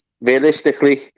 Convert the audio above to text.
Realistically